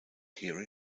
here